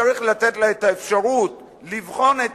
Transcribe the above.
צריך לתת לממשלה את האפשרות לבחון את